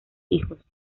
hijos